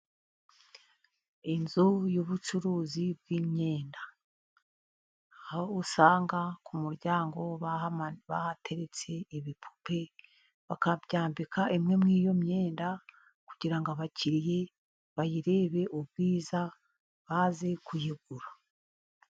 Inzu y'ubucuruzi bw'imyenda, aho usanga ku muryango bahateretse ibipupe, bakabyambika imwe muri iyo myenda, kugira ngo abakiriya bayirebe ubwiza baze kuyigura.